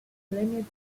limits